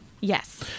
Yes